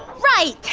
right.